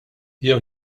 jew